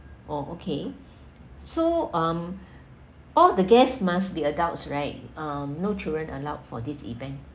orh okay so um all the guests must be adults right um no children allowed for this event